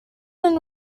and